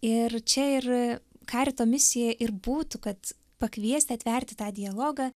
ir čia ir karito misija ir būtų kad pakviesti atverti tą dialogą